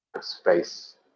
space